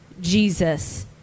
Jesus